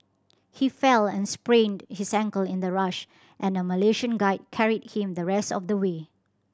he fell and sprained his ankle in the rush and a Malaysian guide carried him the rest of the way